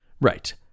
Right